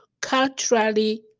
culturally